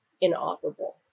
inoperable